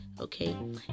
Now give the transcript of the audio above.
okay